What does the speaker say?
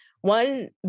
One